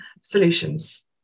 solutions